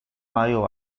maiô